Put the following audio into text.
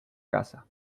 casa